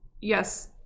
yes